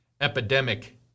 epidemic